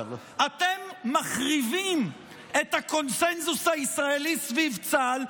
אתם מחריבים את הקונסנזוס הישראלי סביב צה"ל.